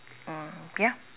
mm yup